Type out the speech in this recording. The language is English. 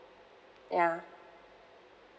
ya